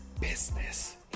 business